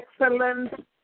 excellent